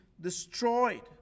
destroyed